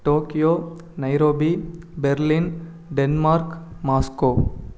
Tokyo Nairobi Berlin Denmark Moscow